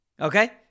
Okay